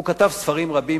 הוא כתב ספרים רבים,